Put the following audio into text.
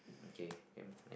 okay then next